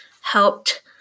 helped